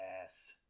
Yes